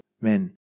men